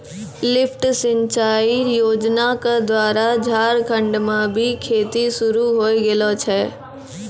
lift सिंचाई योजना क द्वारा झारखंड म भी खेती शुरू होय गेलो छै